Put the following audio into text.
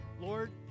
Lord